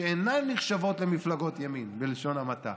שאינן נחשבות למפלגות ימין, בלשון המעטה,